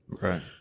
Right